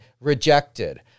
rejected